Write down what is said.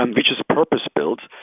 and which is purpose built,